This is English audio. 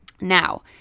Now